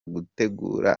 gutegura